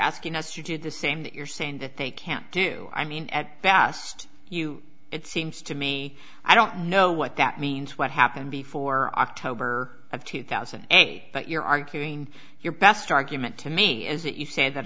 asking us to do the same that you're saying that they can't do i mean at vast you it seems to me i don't know what that means what happened before october of two thousand and eight but you're arguing your best argument to me is that you say that